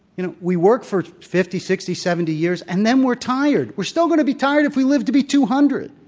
you know, we work for fifty, sixty, seventy years and then we're tired. we're still going to be tired if we live to be two hundred.